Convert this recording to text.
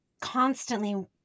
constantly